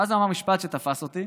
ואז הוא אמר משפט שתפס אותי,